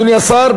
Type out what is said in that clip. אדוני השר,